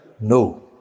No